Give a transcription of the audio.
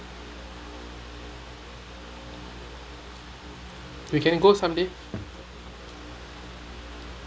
we can go someday